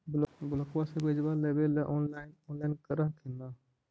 ब्लोक्बा से बिजबा लेबेले ऑनलाइन ऑनलाईन कर हखिन न?